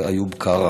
שהוא איוב קרא.